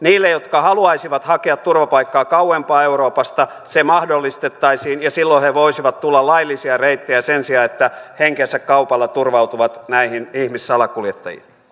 niille jotka haluaisivat hakea turvapaikkaa kauempaa euroopasta se mahdollistettaisiin ja silloin he voisivat tulla laillisia reittejä sen sijaan että henkensä kaupalla turvautuvat näihin ihmissalakuljettajiin